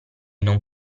non